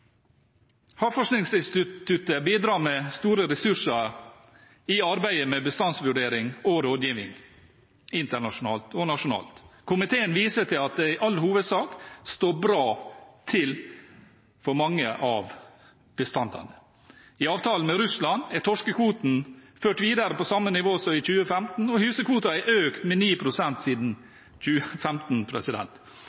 Havforskningsinstituttet bidrar med store ressurser i arbeidet med bestandsvurdering og rådgivning internasjonalt og nasjonalt. Komiteen viser til at det i all hovedsak står bra til for mange av bestandene. I avtalen med Russland er torskekvoten ført videre på samme nivå som i 2015, og hysekvoten er økt med 9 pst. siden